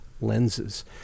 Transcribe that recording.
lenses